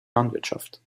landwirtschaft